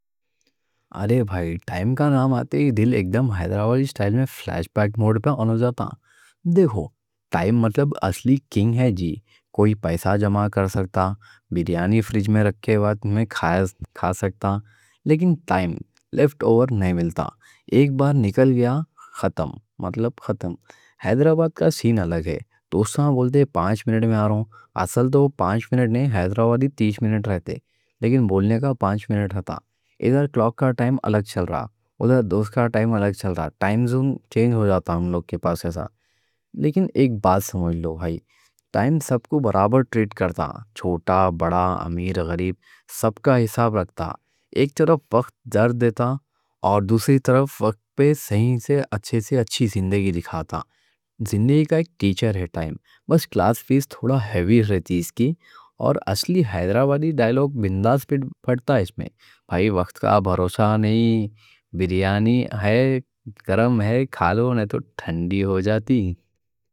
ارے بھائی ٹائم کا نام آتے ہی دل ایکدم حیدرآبادی اسٹائل میں فلیش پیکٹ موڈ پہ آن ہو جاتا ہے۔ دیکھو، ٹائم مطلب اصلی کنگ ہے جی، کوئی پیسہ جمع کر سکتا، بریانی فریج میں رکھ کے بعد میں کھا سکتا۔ لیکن ٹائم لیفٹ اوور نہیں ملتا، ایک بار نکل گیا ختم، مطلب ختم، حیدرآباد کا سین الگ ہے۔ دوستاں بولتے ہیں پانچ منٹ میں آرَہوں، اصل تو پانچ منٹ نہیں ہے، حیدرآبادی تیس منٹ رہتے ہیں۔ لیکن بولنے کا پانچ منٹ ہوتا، ادھر کلوک کا ٹائم الگ چل رہا، ادھر دوست کا ٹائم الگ چل رہا، ٹائم زون چینج ہو جاتا، ہم لوگ کے پاس ایسا۔ لیکن ایک بات سمجھ لو بھائی، ٹائم سب کو برابر ٹریٹ کرتا، چھوٹا بڑا امیر غریب سب کا حساب رکھتا۔ ایک طرف وقت درد دیتا اور دوسری طرف وقت پہ صحیح سے اچھے سے اچھی زندگی دکھاتا۔ زندگی کا ایک ٹیچر ہے ٹائم، بس کلاس فیس تھوڑا ہیوی ہے، چیز کی اور اصلی حیدرآبادی ڈائیلاگ بنداس۔ فِٹ پڑتا اس میں، بھائی وقت کا بھروسہ نہیں، بریانی ہے گرم ہے، کھالو نہ تو ٹھنڈی ہو جاتی۔